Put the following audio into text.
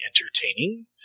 entertaining